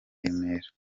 remera